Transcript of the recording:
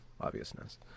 obviousness